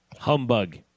Humbug